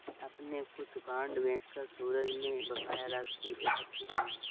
अपने कुछ बांड बेचकर सूरज ने बकाया राशि एकत्र की